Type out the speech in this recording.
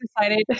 decided